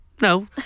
no